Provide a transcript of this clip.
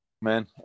man